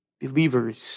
Believers